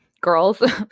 girls